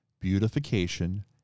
beautification